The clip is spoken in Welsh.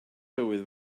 tywydd